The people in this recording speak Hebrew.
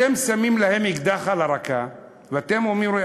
אתם מצמידים להם אקדח לרקה ואתם אומרים: